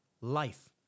Life